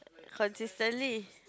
consistently